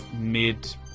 mid